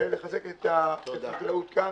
ולחזק את החקלאות כאן.